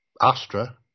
Astra